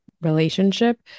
relationship